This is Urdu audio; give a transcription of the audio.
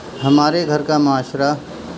ہمارے گھر کا معاشرہ